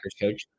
coach